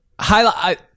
highlight